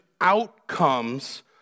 outcomes